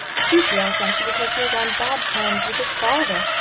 chiefly, i fancy, because he was on bad terms with his father.